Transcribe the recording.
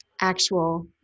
actual